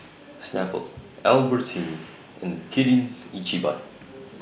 Snapple Albertini and Kirin Ichiban